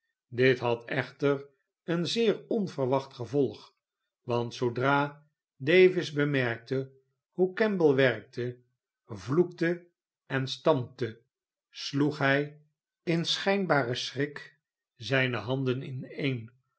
dit had echter een zeer onverwacht gevolg want zoodra davis bemerkte hoe kemble wenkte vloekte en stampte sloeg hij in schijnbaren schrik zijne handen ineen